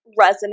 resonate